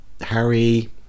Harry